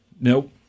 Nope